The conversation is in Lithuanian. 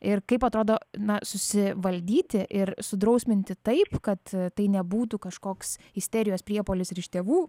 ir kaip atrodo na susivaldyti ir sudrausminti taip kad tai nebūtų kažkoks isterijos priepuolis ir iš tėvų